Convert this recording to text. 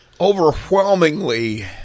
overwhelmingly